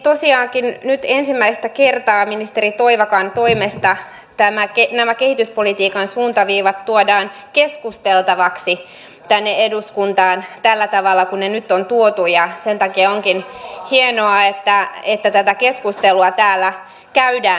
tosiaankin nyt ensimmäistä kertaa ministeri toivakan toimesta nämä kehityspolitiikan suuntaviivat tuodaan keskusteltavaksi tänne eduskuntaan tällä tavalla kuin ne nyt on tuotu ja sen takia onkin hienoa että tätä keskustelua täällä käydään